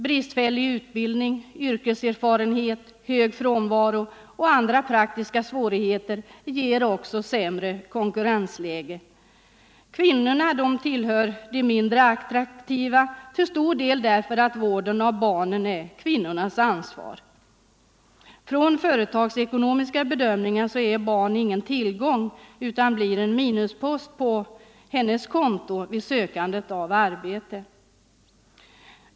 Bristfällig utbildning, avsaknad av — ning, m.m. yrkeserfarenhet, hög frånvaro och andra praktiska svårigheter ger också sämre konkurrensläge. Kvinnorna tillhör de mindre attraktiva, till stor del därför att vården av barnen är kvinnornas ansvar. Från företagsekonomiska bedömningar är barn ingen tillgång utan blir en minuspost på kvinnans konto vid sökande av arbete.